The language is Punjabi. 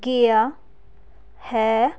ਗਿਆ ਹੈ